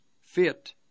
fit